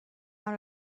out